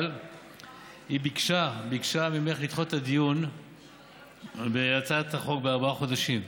אבל היא ביקשה ממך לדחות את הדיון בהצעת החוק בארבעה חודשים.